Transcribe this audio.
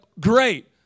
great